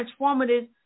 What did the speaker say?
transformative